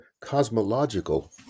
cosmological